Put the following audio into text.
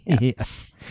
Yes